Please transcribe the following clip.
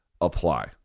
apply